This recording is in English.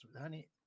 honey